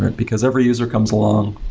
and because every user comes along.